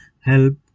help